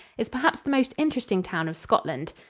is perhaps the most interesting town of scotland.